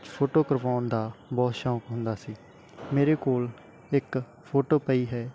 photo ਕਰਵਾਉਣ ਦਾ ਬਹੁਤ ਸ਼ੌਕ ਹੁੰਦਾ ਸੀ ਮੇਰੇ ਕੋਲ ਇੱਕ ਫੋਟੋ ਪਈ ਹੈ